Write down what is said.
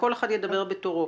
כל אחד ידבר בתורו.